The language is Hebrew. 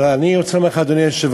אבל אני רוצה לומר לך, אדוני היושב-ראש,